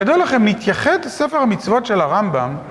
כדאי לכם להתייחד ספר המצוות של הרמב״ם